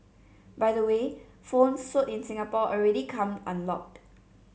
by the way phones sold in Singapore already come unlocked